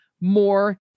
more